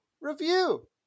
review